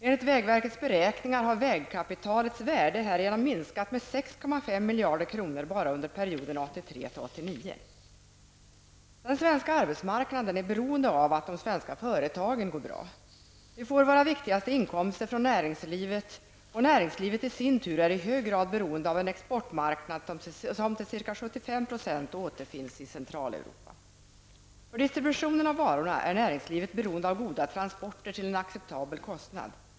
Enligt vägverkets beräkningar har vägkapitalets värde härigenom minskat med 6,5 miljarder kronor bara under perioden 1983 till Den svenska arbetsmarknaden är beroende av att de svenska företagen går bra. Vi får våra viktigaste inkomster från näringslivet, och näringslivet i sin tur är i hög grad beroende av en exportmarknad som till 75 % återfinns i Centraleuropa. För distribution av varorna är näringslivet beroende av goda transporter till en acceptabel kostnad.